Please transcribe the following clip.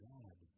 God